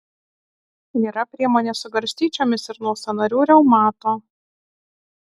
yra priemonė su garstyčiomis ir nuo sąnarių reumato